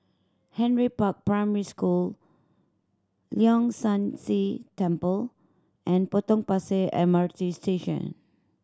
Henry Park Primary School Leong San See Temple and Potong Pasir M R T Station